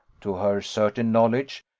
to her certain knowledge,